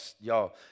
y'all